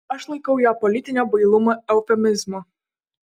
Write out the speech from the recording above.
aš laikau ją politinio bailumo eufemizmu